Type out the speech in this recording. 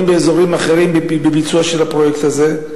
באזורים אחרים בביצוע של הפרויקט הזה,